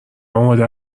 آماده